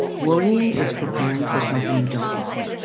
worrying is preparing for something you don't want.